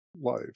life